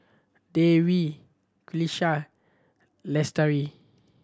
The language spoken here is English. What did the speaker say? Dewi Qalisha Lestari